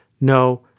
no